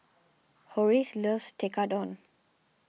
Horace loves Tekkadon